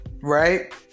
Right